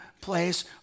place